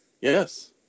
Yes